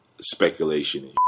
Speculation